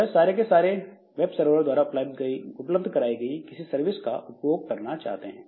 यह सारे के सारे वेब सर्वर द्वारा उपलब्ध कराई गई किसी सर्विस का उपभोग करना चाहते हैं